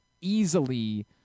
easily